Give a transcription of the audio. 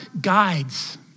guides